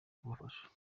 kubafasha